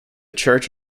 church